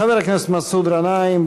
חבר הכנסת מסעוד גנאים,